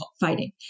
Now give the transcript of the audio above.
fighting